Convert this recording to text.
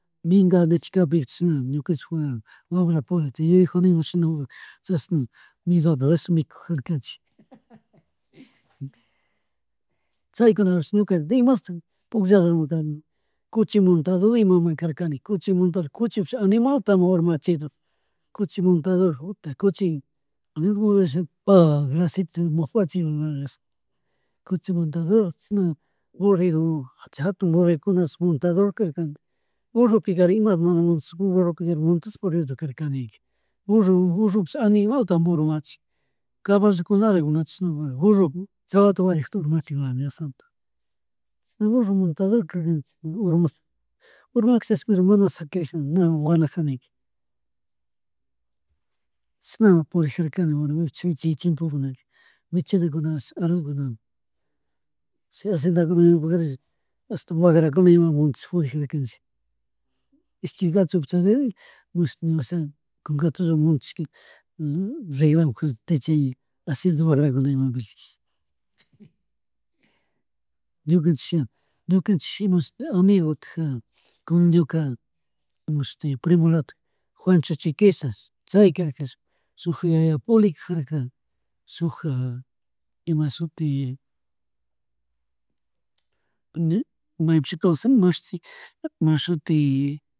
Minga leche kapih chishna ñukanchikpura wawa purak chay yuyajuna imashi na chasna mingata rush mikujunakanchik chaykunawanshpi kuna desmastik pullanamunta cuchimunta karkani cunchi montador, chuchipish animalta hurmachidor chuchi muntador juta chuchi, pac laci papachidurlashi kuchi montador chishna purikuni chay jatun borregokunash montador karkani, burrupikarin ima burruka montador pudirkarkanika burro, burropish animalta mi urmachin, caballo kunarik mana chishna, pero burro chawata wañuchikta urmachilak dios santo, chashna burro montador chashan urmador, umadorkajini pero mana shaquidor kajani n awanajanika. Chishna purjarkani warmiku chi chimpukunaka michinakunamu armakuna, chay acendakunakunapi ashta wagrakuna imawan montash purjanchik ishqui gachopi charirin mashti, ña washi cungatullo montashka rilak acienda warmikunaka imapika. Ñukanchik ña, ñukanchik imashuti amigo kaja, mashti primulatik Juancho Chicaiza chay karaka shuk, shuk yaya Poli kajarka shukja, imashuti. Maypishi kawsha imashuti mashuti.